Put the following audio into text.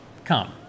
Come